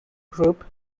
group